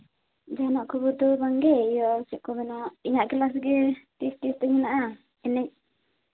ᱡᱟᱦᱟᱱᱟᱜ ᱠᱷᱚᱵᱚᱨ ᱫᱚ ᱵᱟᱝᱜᱮ ᱤᱭᱟᱹ ᱪᱮᱫ ᱠᱚ ᱢᱮᱱᱟ ᱤᱧᱟᱹᱜ ᱠᱞᱟᱥ ᱜᱮ ᱛᱤᱥ ᱛᱤᱥ ᱦᱮᱱᱟᱜᱼᱟ ᱤᱱᱟᱹᱜ